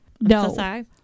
No